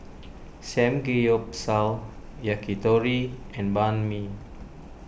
Samgeyopsal Yakitori and Banh Mi